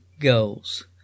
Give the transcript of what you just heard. goals